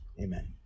Amen